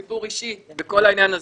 סיפור אישי בכל העניין הזה.